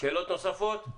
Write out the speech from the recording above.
שאלות נוספות.